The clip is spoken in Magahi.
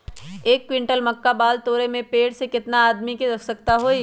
एक क्विंटल मक्का बाल तोरे में पेड़ से केतना आदमी के आवश्कता होई?